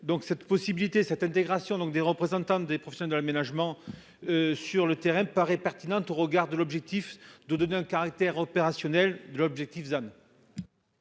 cette possibilité cette intégration donc, des représentants des professions de l'aménagement. Sur le terrain paraît pertinente. Au regard de l'objectif de donner un caractère opérationnel l'objectif Anne.